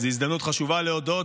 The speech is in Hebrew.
זו הזדמנות חשובה להודות,